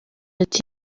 ati